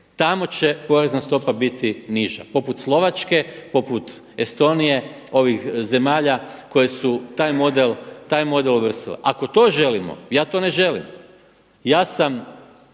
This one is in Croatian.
tamo će porezna stopa biti niža poput Slovačke, poput Estonije, ovih zemalja koje su taj model uvrstile. Ako to želimo, ja to ne želim, ja sam